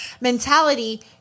mentality